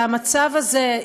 שהמצב הזה,